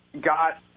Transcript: Got